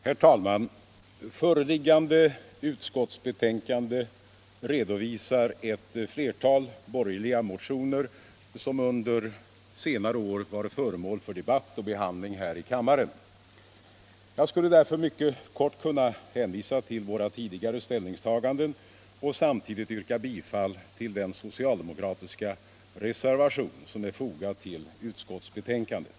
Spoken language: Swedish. handling här i kammaren. Jag skulle därför mycket kort kunna hänvisa — Nr 23 till våra tidigare ställningstaganden och samtidigt yrka bifall till den so Onsdagen den cialdemokratiska reservation som är fogad till utskottsbetänkandet.